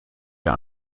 ihr